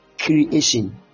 creation